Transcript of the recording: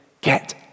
get